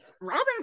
Robin's